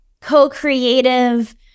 co-creative